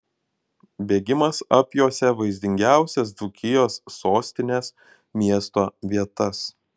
bėgimas apjuosė vaizdingiausias dzūkijos sostinės miesto vietas